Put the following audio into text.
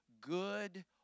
good